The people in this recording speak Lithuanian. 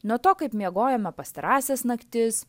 nuo to kaip miegojome pastarąsias naktis